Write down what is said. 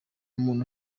muntu